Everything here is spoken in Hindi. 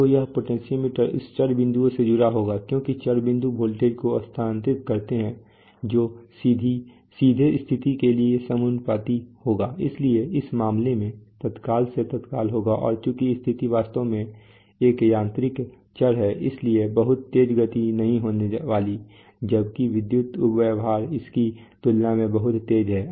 तो यह पोटेंशियोमीटर इस चर बिंदुओं से जुड़ा होगा क्योंकि चर बिंदु वोल्टेज को स्थानांतरित करता है जो सीधे स्थिति के लिए समानुपाती होगा इसलिए इस मामले में तत्काल से तत्काल होगा और चूंकि स्थिति वास्तव में एक यांत्रिक चर है इसलिए बहुत तेज़ गति नहीं होने वाली है जबकि विद्युत व्यवहार उसकी तुलना में बहुत तेज़ है